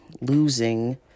losing